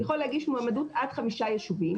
מועמדות עד חמישה יישובים,